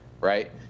right